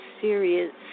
serious